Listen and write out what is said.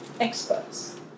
experts